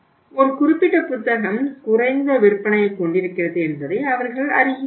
ஒரு குறிப்பிட்ட புத்தகம் குறைந்த விற்பனையைக் கொண்டிருக்கிறது என்பதை அவர்கள் அறிகிறார்கள்